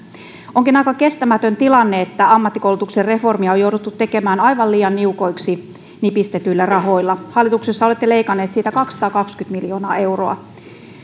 onkin aika kestämätön tilanne että ammattikoulutuksen reformia on jouduttu tekemään aivan liian niukoiksi nipistetyillä rahoilla hallituksessa olette leikanneet siitä kaksisataakaksikymmentä miljoonaa euroa